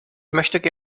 möchte